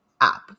app